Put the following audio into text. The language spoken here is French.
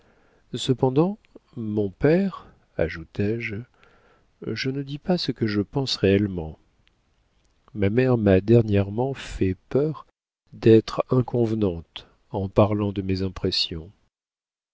cependant mon père ajoutai-je je ne dis pas ce que je pense réellement ma mère m'a dernièrement fait peur d'être inconvenante en parlant de mes impressions